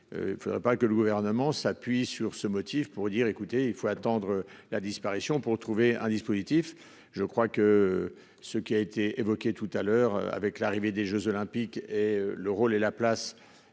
Il ne faudrait pas que le gouvernement s'appuie sur ce motif pour dire, écoutez, il faut attendre la disparition pour trouver un dispositif, je crois que ce qui a été évoqué tout à l'heure avec l'arrivée des Jeux olympiques et le rôle et la place